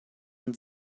und